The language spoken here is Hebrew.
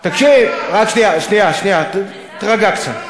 תקשיב, רק שנייה, תירגע קצת.